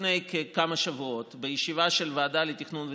לפני כמה שבועות בישיבה של הוועדה לתכנון ותקצוב.